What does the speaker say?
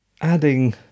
adding